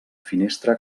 finestra